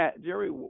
Jerry